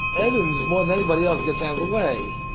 evans, more than anybody else, gets out of the way.